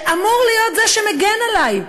שאמור להיות זה שמגן עלי,